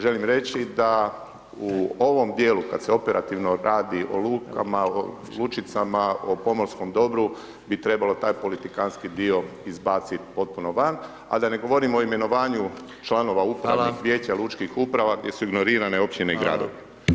Želim reći da u ovom dijelu kad se operativno radi o lukama, o lučicama, o pomorskom dobru, bi trebalo taj politikanski dio izbaciti potpuno van, a da ne govorimo o imenovanju članova upravnih [[Upadica: Hvala]] vijeća lučkih uprava gdje su ignorirane općine i gradovi.